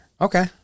Okay